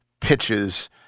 pitches